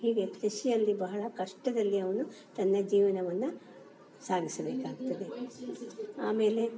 ಹೀಗೆ ಕೃಷಿಯಲ್ಲಿ ಬಹಳ ಕಷ್ಟದಲ್ಲಿ ಅವನು ತನ್ನ ಜೀವನವನ್ನು ಸಾಗಿಸಬೇಕಾಗ್ತದೆ ಆಮೇಲೆ